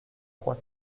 trois